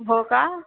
हो का